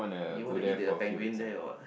you want to eat their penguin there or what